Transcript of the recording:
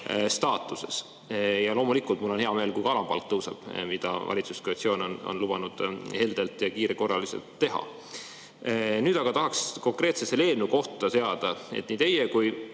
staatuses. Loomulikult on mul hea meel, kui alampalk tõuseb, mida valitsuskoalitsioon on lubanud heldelt ja kiires korras teha. Nüüd aga tahaks konkreetselt selle eelnõu kohta teada. Nii teie kui